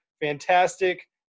fantastic